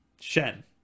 Shen